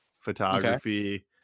photography